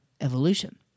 evolution